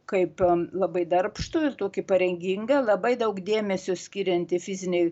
kaip labai darbštų ir tokį pareigingą labai daug dėmesio skirianti fizinei